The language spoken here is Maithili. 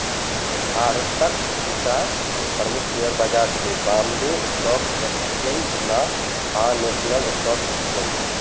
भारतक दूटा प्रमुख शेयर बाजार छै, बांबे स्टॉक एक्सचेंज आ नेशनल स्टॉक एक्सचेंज